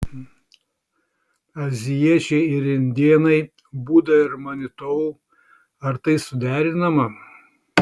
azijiečiai ir indėnai buda ir manitou ar tai suderinama